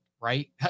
right